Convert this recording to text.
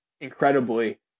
incredibly